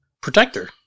Protector